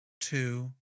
two